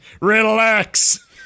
Relax